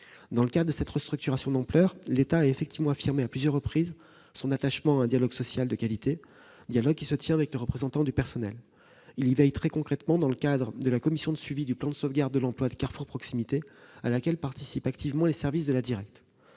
Dans le cadre de cette restructuration d'ampleur, l'État a effectivement affirmé à plusieurs reprises son attachement à un dialogue social de qualité, dialogue qui se tient avec les représentants du personnel. Il y veille très concrètement dans le cadre de la commission de suivi du plan de sauvegarde de l'emploi de Carrefour Proximité, à laquelle participent activement les services de la direction